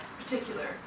particular